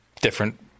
different